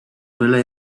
byle